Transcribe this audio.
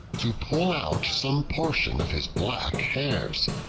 to pull out some portion of his black hairs.